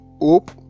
hope